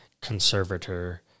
conservator